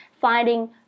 finding